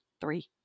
three